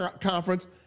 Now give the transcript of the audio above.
conference